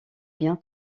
bien